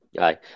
Aye